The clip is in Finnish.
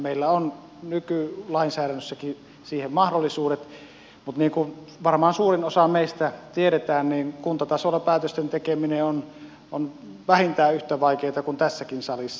meillä on nykylainsäädännössäkin siihen mahdollisuudet mutta niin kuin varmaan suurin osa meistä tietää kuntatasolla päätösten tekeminen on vähintään yhtä vaikeaa kuin tässäkin salissa